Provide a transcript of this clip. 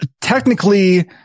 technically